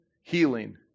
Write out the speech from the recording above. healing